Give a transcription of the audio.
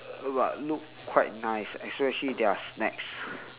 but look quite nice especially their snacks